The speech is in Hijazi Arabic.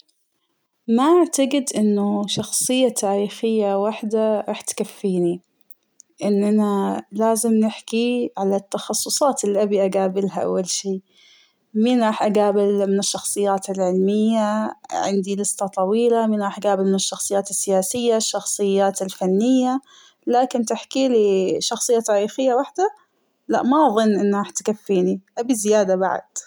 ما أعتقد أنه شخصية تاريخية واحدة راح تكفينى ،إننا لآزم نحكى على التخصصات اللى أبى أقابلها أول شى ،مين راح اقابل من الشخصيات العلمية عندى لستة طويلة ، مين راح أقابل من الشخصيات السياسية ، الشخصيات الفنية ، لكن تحكينى عن شخصية تاريخية واحدة لا ما أظن راح تكفينى أبى زيادة بعد.